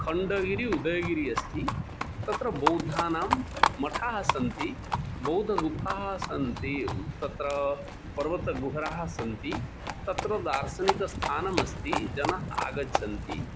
खण्डगिरिः उदयगिरिः अस्ति तत्र बौद्धानां मठाः सन्ति बौद्धगुफाः सन्ति तत्र पर्वतकुहराः सन्ति तत्र दार्शनिकस्थानम् अस्ति जनाः आगच्छन्ति